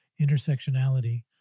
Intersectionality